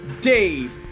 Dave